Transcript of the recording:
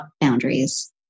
boundaries